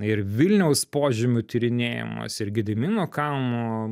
ir vilniaus požemių tyrinėjimas ir gedimino kalno